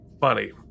funny